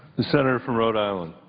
the senator from rhode island.